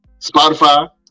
Spotify